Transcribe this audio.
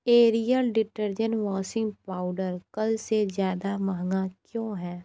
aerial detergent washing powder कल से ज़्यादा महंगा क्यों है